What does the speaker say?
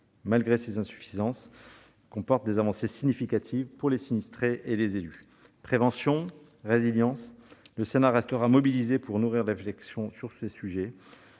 malgré ses insuffisances, comporte des avancées significatives pour les sinistrés et les élus. Prévention et résilience : le Sénat restera mobilisé pour nourrir les réflexions sur ces sujets.